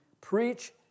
preach